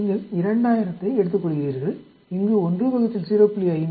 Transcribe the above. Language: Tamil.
நீங்கள் 2000 ஐ எடுத்துக்கொள்கிறீர்கள்இங்கு 1 0